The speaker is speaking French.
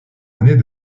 années